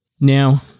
Now